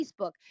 Facebook